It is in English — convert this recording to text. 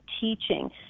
teaching